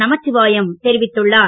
நமச்சிவாயம் தெரிவித்துள்ளார்